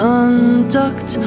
Conduct